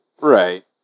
Right